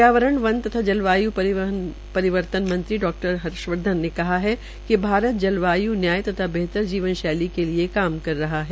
पर्यावरण वन तथा जलवायु परिवर्तन मंत्री डॉ हर्षवर्धन ने कहा है कि भारत जलवाय् न्याय तथा बेहतर जीवन शैली के लिए काम कर रहा है